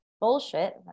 bullshit